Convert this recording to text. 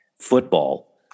football